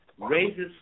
raises